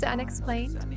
Unexplained